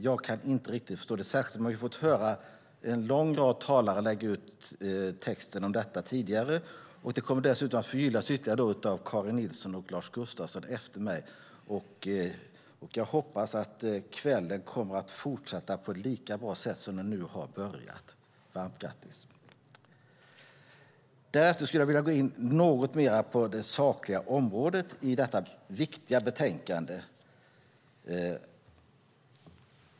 Jag kan inte riktigt förstå det, särskilt som vi har fått höra en lång rad talare lägga ut texten om detta tidigare. Det kommer dessutom att förgyllas ytterligare av Karin Nilsson och Lars Gustafsson efter mig. Jag hoppas att kvällen kommer att fortsätta på ett lika bra sätt som den har börjat. Varmt grattis! Därefter skulle jag vilja gå in något mer på det sakliga området i detta viktiga betänkande.